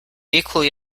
equally